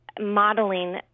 modeling